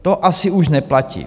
To asi už neplatí.